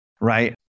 right